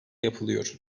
yapılıyor